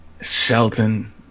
Shelton